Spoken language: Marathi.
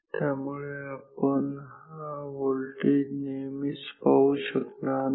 त्यामुळे आपण हा व्होल्टेज नेहमीच पाहू शकणार नाही